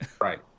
Right